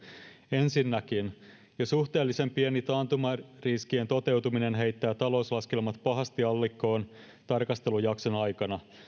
ensinnäkin jo suhteellisen pieni taantumariskien toteutuminen heittää talouslaskelmat pahasti allikkoon tarkastelujakson aikana